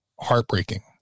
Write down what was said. heartbreaking